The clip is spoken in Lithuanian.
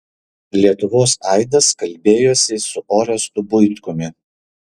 lietuvos aidas kalbėjosi su orestu buitkumi